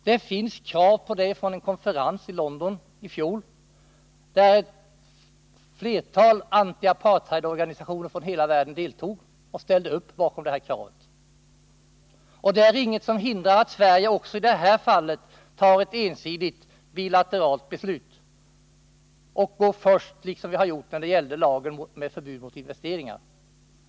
Det finns krav på det från en konferens i London i fjol, där ett flertal antiapartheidorganisationer från hela världen deltog och ställde upp bakom detta krav. Det är ingenting som hindrar att Sverige också i detta fall fattar ett ensidigt bilateralt beslut och går först — liksom vi har gjort när det gäller lagen om förbud mot investeringar.